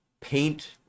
paint